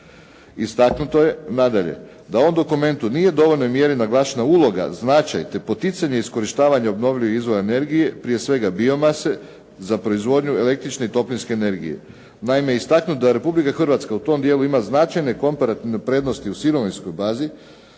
Istaknuto je nadalje da u ovom dokumentu nije u dovoljnoj mjeri naglašena uloga, značaj te poticanje iskorištavanja obnovljivih izvora energije, prije svega biomase za proizvodnju električne i toplinske energije. Naime, istaknuto je da Republike Hrvatska u tom dijelu ima značajne komparativne prednosti u sirovinskoj bazi